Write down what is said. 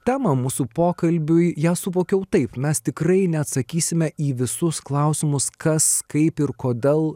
temą mūsų pokalbiui ją suvokiau taip mes tikrai neatsakysime į visus klausimus kas kaip ir kodėl